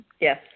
Yes